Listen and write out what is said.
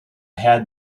had